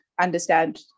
understand